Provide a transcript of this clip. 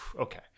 okay